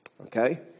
Okay